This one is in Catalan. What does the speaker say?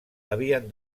havien